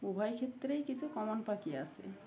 উভয় ক্ষেত্রেই কিছু কমন পাখি আসে